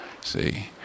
See